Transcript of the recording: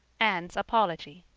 anne's apology